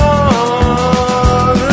on